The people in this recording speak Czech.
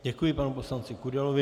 Děkuji panu poslanci Kudelovi.